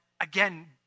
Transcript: again